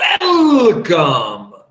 welcome